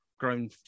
grown